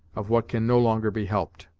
of what can no longer be helped.